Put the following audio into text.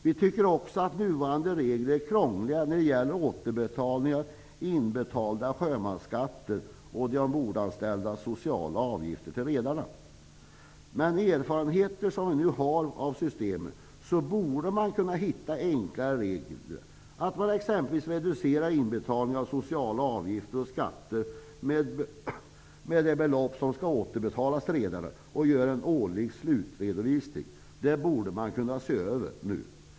Vi tycker också att nuvarande regler är krångliga när det gäller återbetalning till redarna av inbetalda sjömansskatter och de ombordanställdas sociala avgifter. Med de erfarenheter som vi nu har av systemet borde man kunna hitta enklare regler. Man skulle exempelvis kunna reducera inbetalningen av sociala avgifter och skatter med det belopp som skall återbetalas till redarna och sedan göra en årlig slutredovisning. Detta borde man kunna se över.